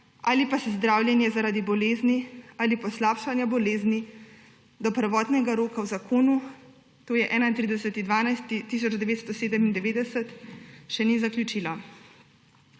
ali pa se zdravljenje zaradi bolezni ali poslabšanja bolezni do prvotnega roka v zakonu, to je 31. 12. 1997, še ni zaključilo.